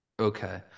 Okay